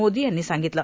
मोदी यांनी सांगितलं